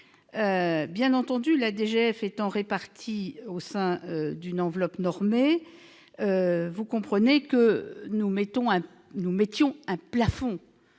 Bien évidemment, la DGF étant répartie au sein d'une enveloppe normée, vous comprenez que nous fixions un plafond.